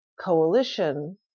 coalition